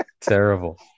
Terrible